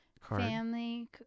family